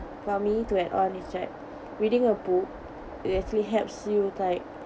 for me to add on is that reading a book it actually helps you like